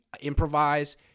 improvise